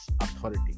authority